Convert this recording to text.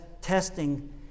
testing